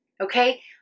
Okay